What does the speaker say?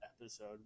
episode